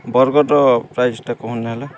ବର୍ଗର୍ର ପ୍ରାଇସ୍ଟା କହୁନ୍ ନିହେଲେ